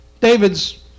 David's